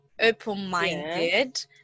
open-minded